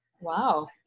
Wow